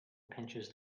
pinches